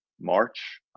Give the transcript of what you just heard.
March